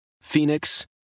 Phoenix